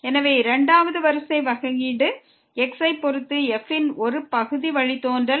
எனவே இரண்டாவது வரிசை வகையீடு x ஐ பொறுத்து f ன் ஒரு பகுதி வழித்தோன்றல்